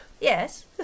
Yes